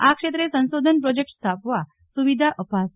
આ ક્ષેત્રે સંશોધન પ્રોજેકટ સ્થાપવા સુવિધા અપાશે